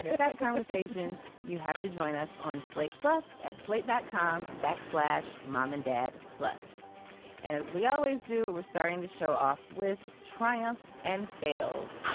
that conversation you have to join us on slate plus at slate that com backslash mom and dad. plus as we always do we're starting the show off with triumphs and fails.